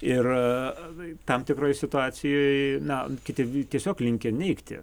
ir tam tikroj situacijoj na kiti tiesiog linkę neigti